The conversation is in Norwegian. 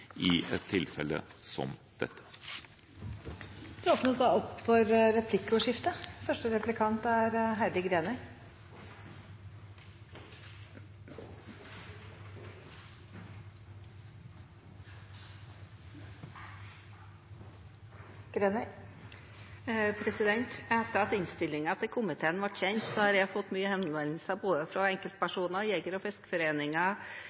i et tilfelle som dette. Det åpnes for replikkordskifte. Etter at innstillingen til komiteen ble kjent, har jeg fått mange henvendelser fra enkeltpersoner, jeger- og fiskeforeninger,